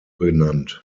benannt